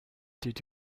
did